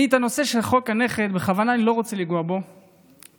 אני בכוונה לא רוצה לנגוע בנושא חוק הנכד,